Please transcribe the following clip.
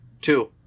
Two